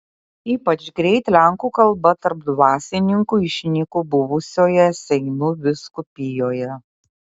ypač greit lenkų kalba tarp dvasininkų išnyko buvusioje seinų vyskupijoje